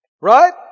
right